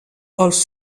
els